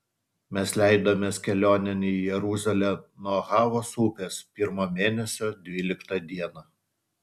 mes leidomės kelionėn į jeruzalę nuo ahavos upės pirmo mėnesio dvyliktą dieną